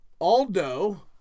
Aldo